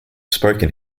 spoken